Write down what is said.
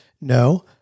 No